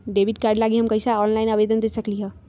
Debit card लागी हम कईसे ऑनलाइन आवेदन दे सकलि ह?